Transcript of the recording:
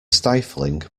stifling